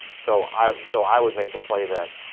so i so i would make the play that,